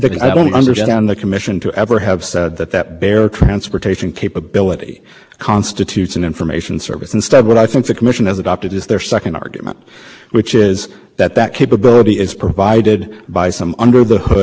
mile service is a telecommunications service that would be sufficient to render these providers telecommunication providers and therefore common carriers subject title to title two then tells us the scope of permissible regulation of those common carriers and it says